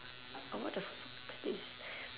what the fuck is this